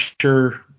sure